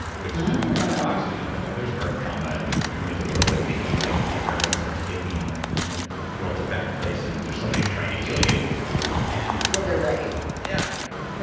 which didn't cut off oxygen, but there's birth trauma. and you come into the world like thinking like you know everyone's out to get me. and like you know the world's the world's a bad place, and there's something trying to kill you and well, they're right yeah, and pretty much. yeah